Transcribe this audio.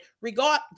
regard